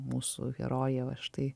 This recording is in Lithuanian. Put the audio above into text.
mūsų herojė va štai